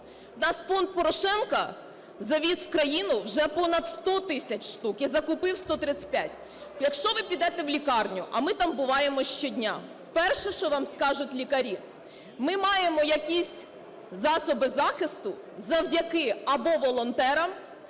нас фонд Порошенка завіз в країну вже понад 100 тисяч штук і закупив 135. Якщо ви підете в лікарню, а ми там буваємо щодня, перше, що вам скажуть лікарі: "Ми маємо якісь засоби захисту завдяки або волонтерам,